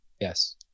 Yes